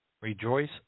Rejoice